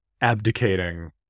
abdicating